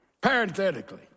parenthetically